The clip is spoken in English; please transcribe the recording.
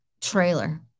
Trailer